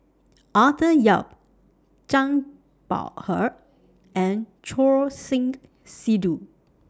Arthur Yap Zhang Bohe and Choor Singh Sidhu